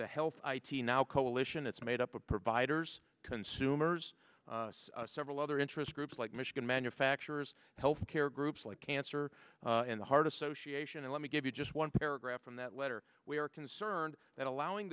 the health i t now coalition it's made up of providers consumers several other interest groups like michigan manufacturers health they're groups like cancer and heart association and let me give you just one paragraph from that letter we are concerned that allowing